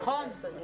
נכון.